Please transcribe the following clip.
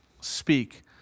speak